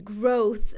growth